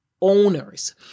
owners